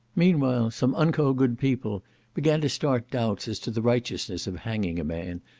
meanwhile some unco' good people began to start doubts as to the righteousness of hanging a man,